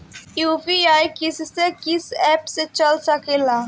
UPI किस्से कीस app से चल सकेला?